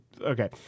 okay